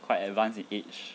quite advanced in age